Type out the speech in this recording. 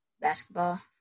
basketball